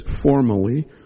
formally